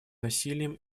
насилием